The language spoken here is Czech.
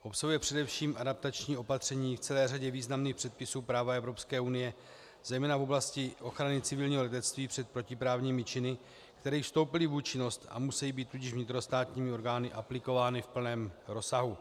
Obsahuje především adaptační opatření v celé řadě významných předpisů práva Evropské unie, zejména v oblasti ochrany civilního letectví před protiprávními činy, které již vstoupily v účinnost a musejí být tudíž vnitrostátními orgány aplikovány v plném rozsahu.